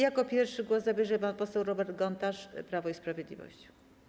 Jako pierwszy głos zabierze pan poseł Robert Gontarz, Prawo i Sprawiedliwość.